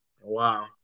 Wow